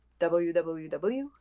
www